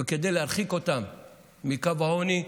וכדי להרחיק אותם מקו העוני,